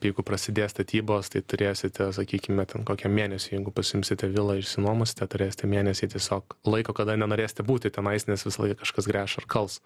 jeigu prasidės statybos tai turėsite sakykime ten kokią mėnesiui jeigu pasiimsite vilą išsinuomosite turėsite mėnesį tiesiog laiko kada nenorėsite būti tenais nes visąlaik kažkas gręš ar kals